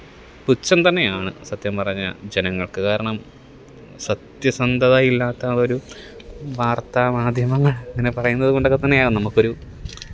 പുച്ഛം തന്നെയാണ് സത്യം പറഞ്ഞാൽ ജനങ്ങള്ക്ക് കാരണം സത്യസന്ധതയില്ലാത്ത ആ ഒരു വാര്ത്താ മാധ്യമങ്ങള് ഇങ്ങനെ പറയുന്നത് കൊണ്ടൊക്കെ തന്നെയാണ് നമുക്കൊരു